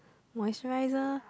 moisturiser